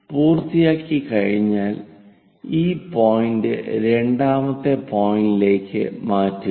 പൂർത്തിയാക്കിക്കഴിഞ്ഞാൽ ഈ പോയിന്റ് രണ്ടാമത്തെ പോയിന്റിലേക്ക് മാറ്റുക